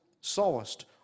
sawest